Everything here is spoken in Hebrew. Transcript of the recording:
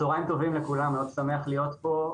צהריים טובים לכולם, אני שמח להיות פה.